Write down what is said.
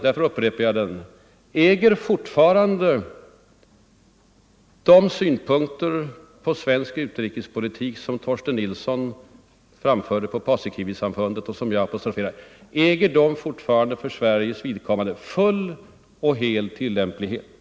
Därför upprepar jag den: Äger fortfarande de synpunkter på svensk utrikespolitik som Torsten Nilsson framförde på Paasikivisamfundet full och hel tillämpighet?